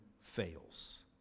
fails